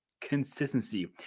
consistency